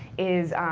is